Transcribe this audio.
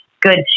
good